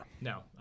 No